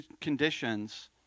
conditions